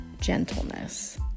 gentleness